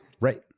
Right